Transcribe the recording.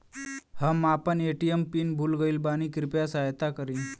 हम आपन ATM PIN भूल गईल बानी कृपया सहायता करी